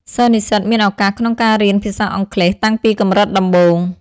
សិស្សនិស្សិតមានឱកាសក្នុងការរៀនភាសាអង់គ្លេសតាំងពីកម្រិតដំបូង។